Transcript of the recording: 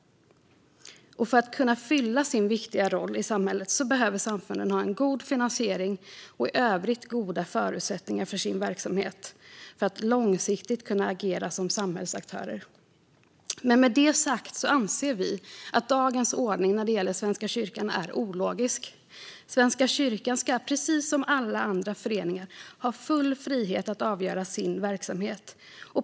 För att kunna fylla sin viktiga roll i samhället behöver samfunden ha en god finansiering och i övrigt goda förutsättningar för sin verksamhet för att långsiktigt kunna agera som samhällsaktörer. Med det sagt anser vi att dagens ordning när det gäller Svenska kyrkan är ologisk. Svenska kyrkan ska precis som alla andra föreningar ha full frihet att avgöra sin verksamhet.